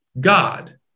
God